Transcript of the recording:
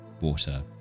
water